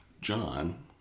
John